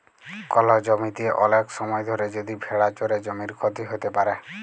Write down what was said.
call জমিতে ওলেক সময় ধরে যদি ভেড়া চরে জমির ক্ষতি হ্যত প্যারে